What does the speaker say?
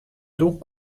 doe